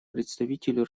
представителю